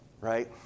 right